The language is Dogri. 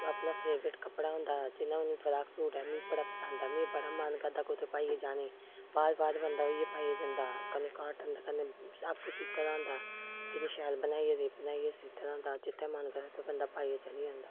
अपना फेवरट कपड़ा होंदा जिन्ना हून फ्राक सूट ऐ मी बड़ा पसंद ऐ मी बड़ा मन करदा कुतै पाइयै जाने गी बार बार बंदा उइयै पाइयै जंदा कन्नै काटन ते कन्नै आपूं सीते दा होंदा ऐ किन्नी शैल बनाइयै रेब बनाइयै सीते दा होंदा जित्थै मन करै उत्थै बंदा पाइयै चली जंदा